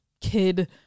kid